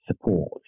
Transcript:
support